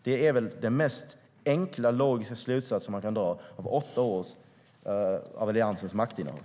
Det är den enklaste och mest logiska slutsatsen man kan dra efter åtta år av Alliansens maktinnehav.